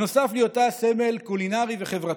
נוסף על היותה סמל קולינרי וחברתי.